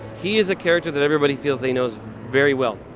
he is a character that everybody feels they know very well,